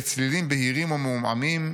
בצלילים בהירים או מעומעמים,